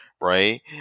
right